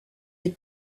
les